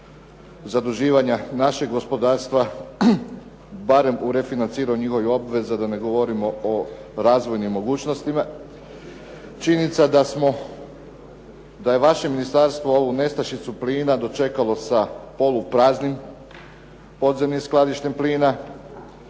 zaduživanja našeg gospodarstva barem u refinanciranju njihovih obveza, da ne govorimo o razvojnim mogućnostima. Činjenica da je vaše ministarstvo ovu nestašicu plina dočekalo sa polupraznim podzemnim skladištem plina,